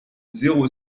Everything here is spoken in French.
zéro